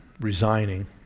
resigning